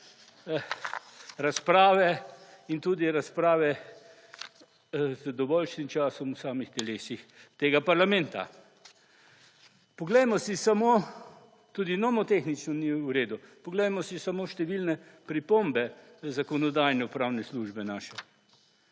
razprave in tudi razprave z dovoljšnjim časom v samih telesih tega parlamenta. Poglejmo si samo… Tudi nomotehnično ni v redu. Poglejmo si samo številne pripombe Zakonodajno-pravne službe naše.